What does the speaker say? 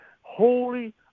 Holy